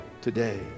today